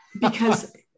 Because-